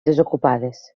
desocupades